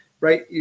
right